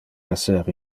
esser